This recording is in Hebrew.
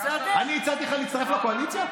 אני הצעתי לך להצטרף לקואליציה?